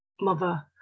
mother